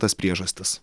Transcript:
tas priežastis